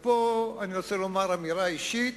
ופה אני רוצה לומר אמירה אישית,